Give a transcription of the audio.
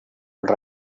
right